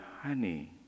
honey